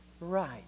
right